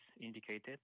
indicated